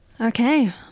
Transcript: Okay